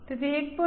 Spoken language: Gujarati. તેથી 1